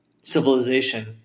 civilization